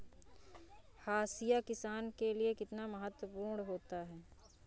हाशिया किसान के लिए कितना महत्वपूर्ण होता है?